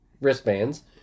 wristbands